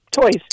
Toys